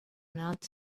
not